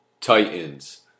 Titans